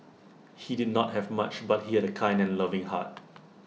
he did not have much but he had A kind and loving heart